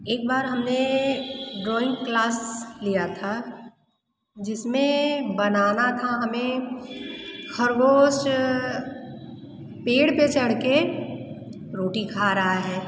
एक बार हम ने ड्राॅइंग क्लास लिया था जिसमें बनाना था हमें ख़रगोश पेड़ पर चढ़ के रोटी खा रहा है